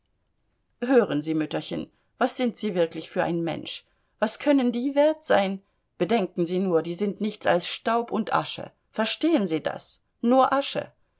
hören sie mütterchen was sind sie wirklich für ein mensch was können die wert sein bedenken sie nur die sind nichts als staub und asche verstehen sie das nur asche